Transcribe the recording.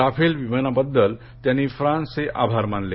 Rafale विमानाबद्दल त्यांनी फ्रांसचे आभार मानले